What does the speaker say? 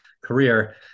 career